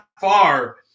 far